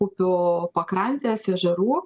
upių pakrantės ežerų